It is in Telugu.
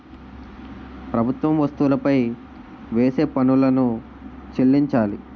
ప్రభుత్వం వస్తువులపై వేసే పన్నులను చెల్లించాలి